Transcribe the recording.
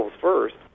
first